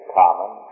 common